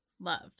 loved